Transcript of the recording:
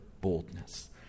boldness